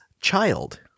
child